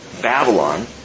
Babylon